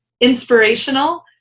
inspirational